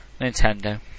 Nintendo